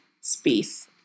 space